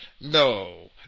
No